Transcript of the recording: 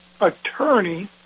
attorney